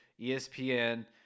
ESPN